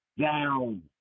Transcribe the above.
down